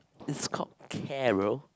it's called care bro